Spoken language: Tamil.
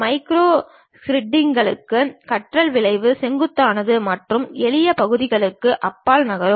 மேக்ரோ ஸ்கிரிப்ட்களுக்கான கற்றல் வளைவு செங்குத்தானது மற்றும் எளிய பகுதிகளுக்கு அப்பால் நகரும்